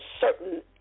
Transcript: certain